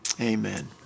Amen